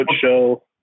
show